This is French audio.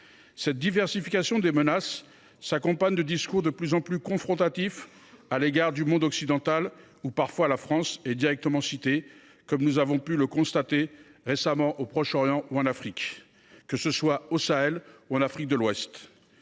Cette diversification des menaces s’accompagne de discours incitant de plus en plus à la confrontation avec le monde occidental, où parfois la France est directement citée, comme nous avons pu le constater récemment au Proche Orient ou en Afrique, aussi bien au Sahel qu’en Afrique de l’Ouest.